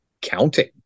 counting